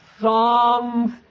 songs